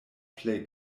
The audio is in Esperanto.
plej